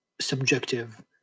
subjective